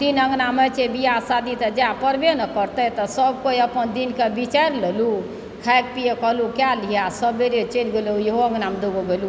तीन अङ्गनामे छै बियाह शादी तऽ जाय पड़बे न करतय तऽ सभ केओ अपन दिनकऽ विचार लेलहुँ खाय पियके कहलु सभ खाय लिअ सवेरे चलि गेलहुँ इहो अङ्गनामे दुगो गेलहुँ